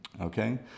okay